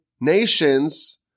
nations